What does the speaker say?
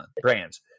brands